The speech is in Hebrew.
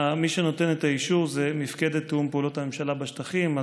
מי שנותן את האישור זה מפקדת תיאום פעולות הממשלה בשטחים.